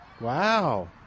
Wow